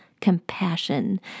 compassion